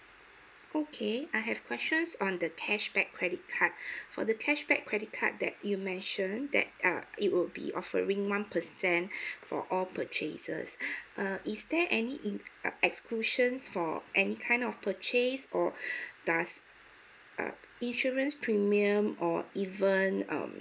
okay I have questions on the cashback credit card for the cashback credit card that you mentioned that uh it would be offering one percent for all purchases uh is there any in exclusions for any kind of purchase or does err insurance premium or even um